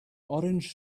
orange